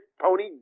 pony